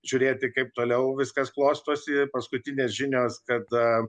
žiūrėti kaip toliau viskas klostosi paskutinės žinios kad